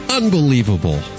unbelievable